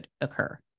occur